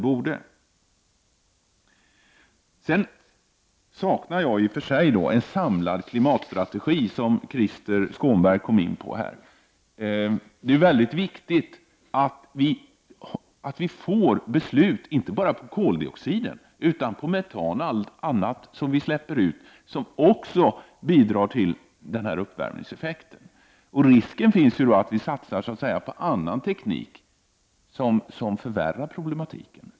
Jag saknar i och för sig en samlad klimatstrategi, som Krister Skånberg kom in på. Det är mycket viktigt att beslut fattas, inte bara om koldioxid utan också om metan och allt annat som släpps ut och som bidrar till uppvärmningseffekten. Det finns risk för att det görs satsningar på annan teknik som förvärrar problematiken.